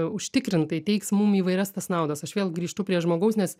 užtikrintai teiks mum įvairias tas naudas aš vėl grįžtu prie žmogaus nes